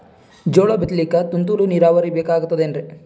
ಜೋಳ ಬಿತಲಿಕ ತುಂತುರ ನೀರಾವರಿ ಬೇಕಾಗತದ ಏನ್ರೀ?